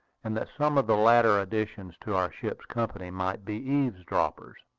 and that some of the later additions to our ship's company might be eavesdroppers.